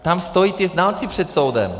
Tam stojí ti znalci před soudem.